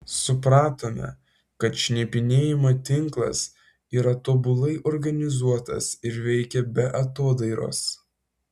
supratome kad šnipinėjimo tinklas yra tobulai organizuotas ir veikia be atodairos